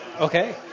Okay